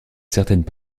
certaines